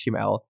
HTML